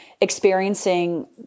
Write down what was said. experiencing